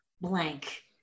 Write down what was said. blank